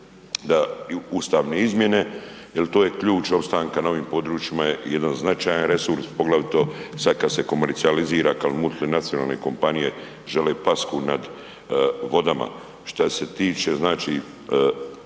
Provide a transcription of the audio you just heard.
te ustavne izmjene jel to je ključ opstanka na ovim područjima je jedan značajan resurs, poglavito sad kad se komercijalizira, kad multinacionalne kompanije žele pasku nad vodama. Šta se tiče, znači